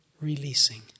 releasing